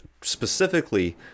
specifically